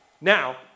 Now